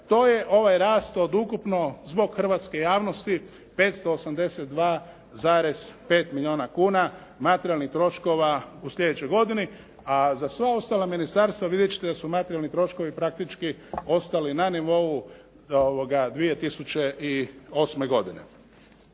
to je ovaj rast od ukupno zbog hrvatske javnosti, 582,5 milijuna kuna, materijalnih troškova u sljedećoj godini a za sva ostala ministarstva vidjeti ćete da su materijalni troškovi praktički ostali na nivou 2008. godine.